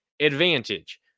advantage